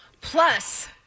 Plus